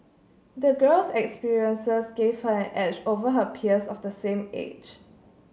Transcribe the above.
the girl's experiences gave her an edge over her peers of the same age